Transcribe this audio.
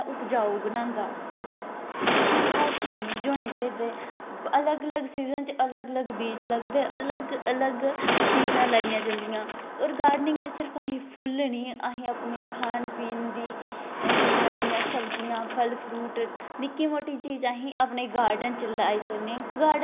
योगा करनी चाहिदी अहें अहें बाह्र दियां चीजां नीं खानी चाह्दियांअपनी जेह्ड़ी देसी साढ़ी देसी डाइट ऐ ओह् खानी चाहिदी काजू बदाम पिसता होइया जियां देसी घ्यो होइया ओह् खाना चाहिदा जियां सरेआं दा तेल जियां अज्जकल बड़े लोक सत्येम ते पता नीं केह्ड़ा केह्ड़ा खंदे साढ़ा जेह्ड़ा देसी तेल बुलबुल दा ही ऐ